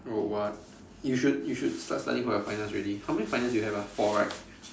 oh what you should you should start studying for your finals already how many finals you have ah four right